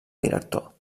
director